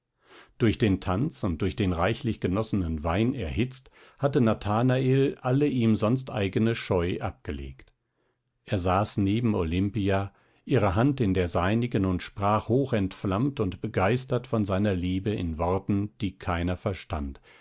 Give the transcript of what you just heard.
durch den tanz und durch den reichlich genossenen wein erhitzt hatte nathanael alle ihm sonst eigne scheu abgelegt er saß neben olimpia ihre hand in der seinigen und sprach hochentflammt und begeistert von seiner liebe in worten die keiner verstand